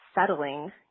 settling